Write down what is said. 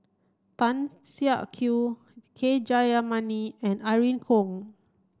Tan Siak Kew K Jayamani and Irene Khong